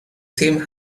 same